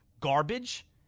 garbage